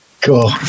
Cool